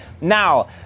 Now